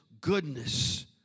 goodness